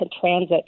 transit